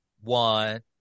one